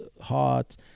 hot